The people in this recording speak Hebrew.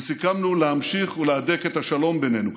וסיכמנו להמשיך ולהדק את השלום בינינו.